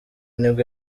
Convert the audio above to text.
nibwo